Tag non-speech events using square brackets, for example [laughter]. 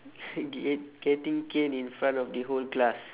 [laughs] get getting cane in front of the whole class